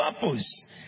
purpose